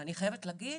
ואני חייבת להגיד,